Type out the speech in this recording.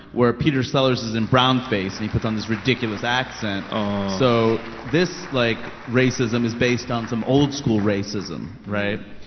where peter sellers is in brownface and he puts on this ridiculous accent oh so this, like, racism is based on some old-school racism. right?